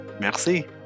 Merci